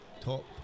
top